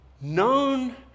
known